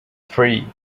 three